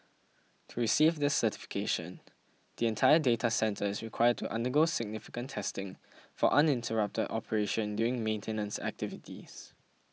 to receive this certification the entire data centre is required to undergo significant testing for uninterrupted operation during maintenance activities